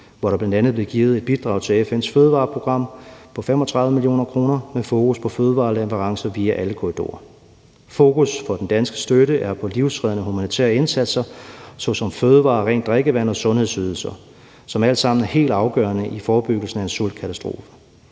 hvorved der bl.a. bliver givet et bidrag til FN's fødevareprogram på 35 mio. kr. med fokus på fødevareleverancer via alle korridorer. Fokus for den danske støtte er på livreddende humanitære indsatser såsom fødevarer, rent drikkevand og sundhedsydelser, som alt sammen er helt afgørende for forebyggelsen af en sultkatastrofe.